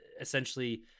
essentially